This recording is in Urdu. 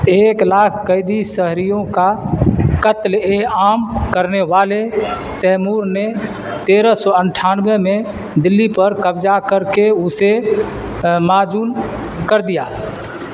ایک لاکھ قیدی شہریوں کا قتل عام کرنے والے تیمور نے تیرہ سو اٹھانوے میں دلی پر قبضہ کر کے اسے معزول کر دیا